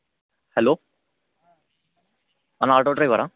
hello అన్న auto డ్రైవరా